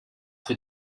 für